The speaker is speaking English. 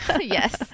yes